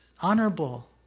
Honorable